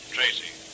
Tracy